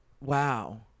wow